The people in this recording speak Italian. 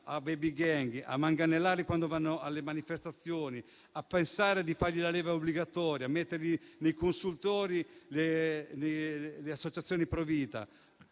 *baby-gang* a manganellarli quando vanno alle manifestazioni, dal pensare di fargli fare la leva obbligatoria al mettere nei consultori le associazioni pro-vita,